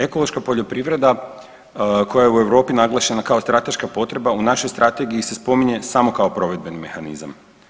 Ekološka poljoprivreda koja je u Europi naglašena kao strateška potreba u našoj strategiji se spominje samo kao provedbeni mehanizam.